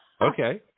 Okay